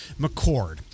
McCord